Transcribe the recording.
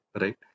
right